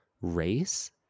Race